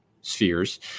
spheres